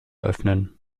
öffnen